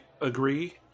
agree